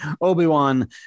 Obi-Wan